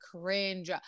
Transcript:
cringe